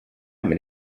and